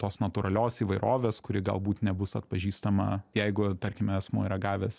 tos natūralios įvairovės kuri galbūt nebus atpažįstama jeigu tarkime asmuo yra gavęs